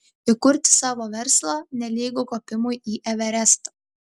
įkurti savo verslą nelygu kopimui į everestą